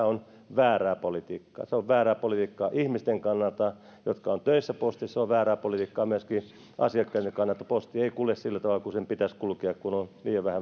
on väärää politiikkaa se on väärää politiikkaa niiden ihmisten kannalta jotka ovat töissä postissa ja se on väärää politiikkaa myöskin asiakkaiden kannalta posti ei kulje sillä tavalla kuin sen pitäisi kulkea kun on liian vähän